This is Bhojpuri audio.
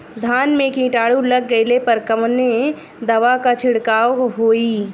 धान में कीटाणु लग गईले पर कवने दवा क छिड़काव होई?